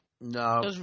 No